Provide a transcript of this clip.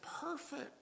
perfect